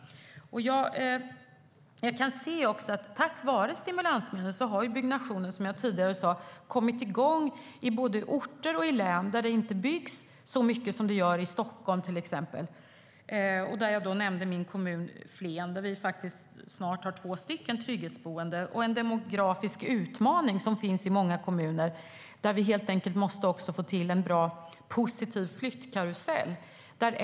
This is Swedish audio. Tack vare stimulansmedel har byggnationer, som jag sa tidigare, kommit igång i orter och län där det inte byggs så mycket som i Stockholm, till exempel. Jag nämnde min kommun Flen, där vi faktiskt snart har två trygghetsboenden. Det finns en demografisk utmaning i många kommuner. Vi måste helt enkelt få till en bra och positiv flyttkarusell.